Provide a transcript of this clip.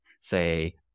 say